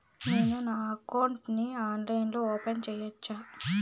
నేను నా అకౌంట్ ని ఆన్లైన్ లో ఓపెన్ సేయొచ్చా?